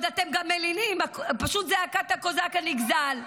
עד שאתם עוד מלינים, פשוט זעקת הקוזק הנגזל.